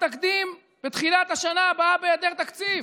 תקדים בתחילת השנה הבאה בהיעדר תקציב?